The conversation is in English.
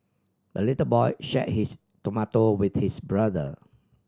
the little boy shared his tomato with his brother